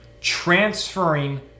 transferring